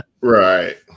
Right